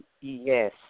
Yes